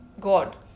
God